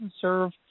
serve